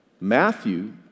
Matthew